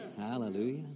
Hallelujah